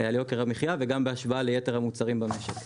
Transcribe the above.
על יוקר המחיה וגם בהשוואה ליתר המוצרים במשק.